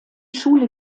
schule